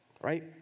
Right